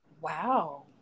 Wow